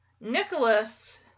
Nicholas